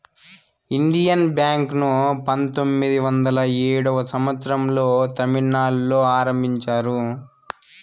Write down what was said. Indian bank ను పంతొమ్మిది వందల ఏడో సంవచ్చరం లో తమిళనాడులో ఆరంభించారు